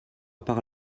par